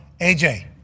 AJ